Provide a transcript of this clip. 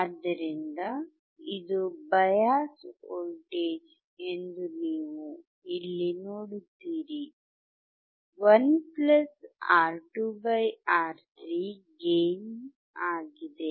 ಆದ್ದರಿಂದ ಇದು bias voltage ಎಂದು ನೀವು ಇಲ್ಲಿ ನೋಡುತ್ತೀರಿ 1 R2R3 ಗೇಯ್ನ್ ಆಗಿದೆ